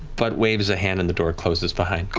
but waves a hand and the door closes behind